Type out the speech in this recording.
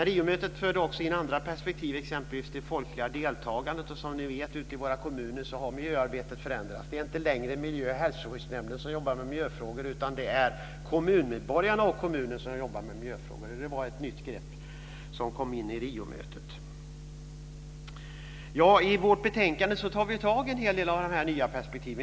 Riomötet förde också in andra perspektiv, exempelvis det folkliga deltagandet. Som ni vet har miljöarbetet förändrats ute i våra kommuner. Det är inte längre miljö och hälsoskyddsnämnden som arbetar med miljöfrågor, utan det är kommunmedborgarna och kommunen som arbetar med dem. Det var ett nytt grepp som kom in i Riomötet. I vårt betänkande tar vi tag i en hel del av de nya perspektiven.